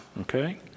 Okay